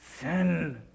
Sin